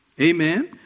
Amen